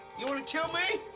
you want to kill me?